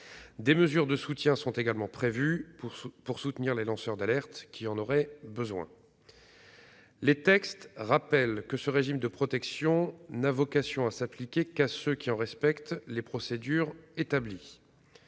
Des mesures sont également prévues pour soutenir les lanceurs d'alerte qui en auraient besoin. Les textes rappellent que ce régime de protection n'a vocation à s'appliquer qu'à ceux qui en respectent les procédures établies,